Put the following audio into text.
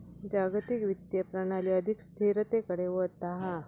जागतिक वित्तीय प्रणाली अधिक स्थिरतेकडे वळता हा